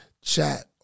chat